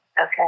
Okay